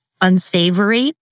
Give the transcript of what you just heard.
unsavory